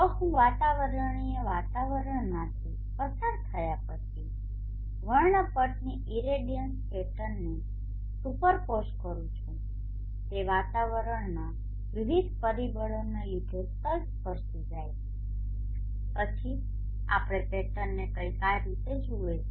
જો હું વાતાવરણીય વાતાવરણમાંથી પસાર થયા પછી વર્ણપટની ઇરેડિયન્સ પેટર્નને સુપરપોઝ કરું છું તે વાતાવરણમાં વિવિધ પરિબળોને લીધે તલસ્પર્શી થઈ જાય પછી આપણે પેટર્નને કંઈક આ રીતે જુએ છે